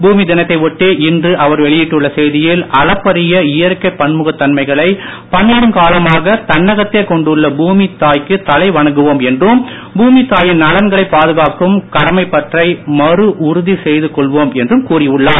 பூமி தினத்தை ஒட்டி இன்று அவர் வெளியிட்டுள்ள செய்தியில் தன்மைகளை பன்னெடுங் காலமாக தன்னகத்தே கொண்டுள்ள பூமி தாய்க்கு தலை வணங்குவோம் என்றும் பூமித்தாயின் நலன்களை பாதுகாக்கும் கடமைப் பற்றை மறு உறுதி செய்து கொள்வோம் என்றும் கூறி உள்ளார்